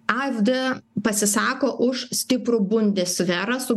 afd pasisako už stiprų bundesverą su